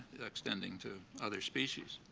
extending to other species.